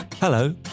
hello